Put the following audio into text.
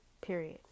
period